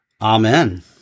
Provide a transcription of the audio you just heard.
Amen